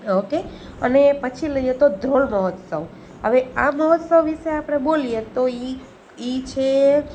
okay અને પછી લઈએ તો ધ્રોલ મહોત્સવ હવે આ મહોત્સવ વિશે આપણે બોલીએ તો એ એ છે